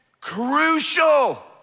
crucial